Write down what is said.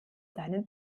seinen